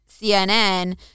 CNN